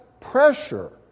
pressure